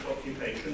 occupation